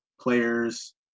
players